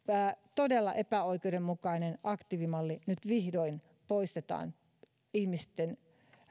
todella epäoikeudenmukainen aktiivimalli nyt vihdoin poistetaan ihmisten